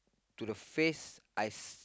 to the face I